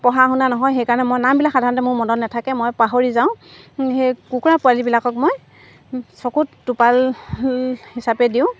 পঢ়া শুনা নহয় সেইকাৰণে মই নামবিলাক সাধাৰণতে মোৰ মনত নাথাকে মই পাহৰি যাওঁ সেই কুকুৰা পোৱালিবিলাকক মই চকুত টোপাল হিচাপে দিওঁ